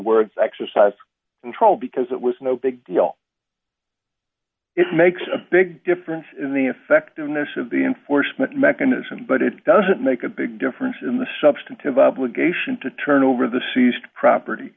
words exercise control because it was no big deal it makes a big difference in the effectiveness of the enforcement mechanism but it doesn't make a big difference in the substantive obligation to turn over the seized property